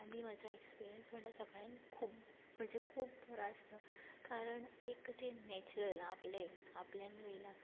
आनी म्हजो एक्सपिरियन्स म्हणल्यार सगळ्यांत खूब म्हणजे खूब बरो आसलो कारण एक तें नॅचरल आपलें आपल्यान रोयलां